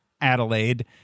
Adelaide